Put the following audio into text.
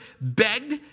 begged